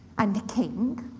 and the king,